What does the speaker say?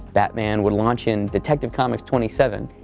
batman would launch in detective comics twenty seven,